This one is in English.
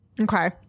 Okay